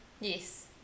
Yes